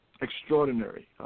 extraordinary